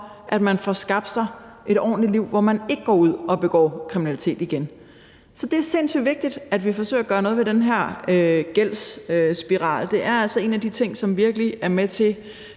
at man får skabt sig et ordentligt liv, hvor man ikke går ud og begår kriminalitet igen. Så det er sindssygt vigtigt, at vi forsøger at gøre noget ved den her gældsspiral. Det er altså en af de ting, som virkelig er med til